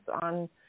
on